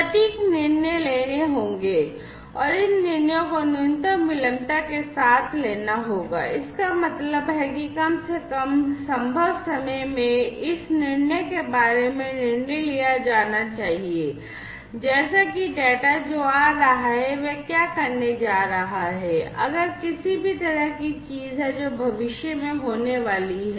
सटीक निर्णय लेने होंगे और इन निर्णयों को न्यूनतम विलंबता के साथ लेना होगा इसका मतलब है कि कम से कम संभव समय में इस निर्णय के बारे में निर्णय लिया जाना चाहिए जैसे कि डेटा जो आ रहा है वह क्या करने जा रहा है अगर किसी भी तरह की चीज है जो भविष्य में होने वाली है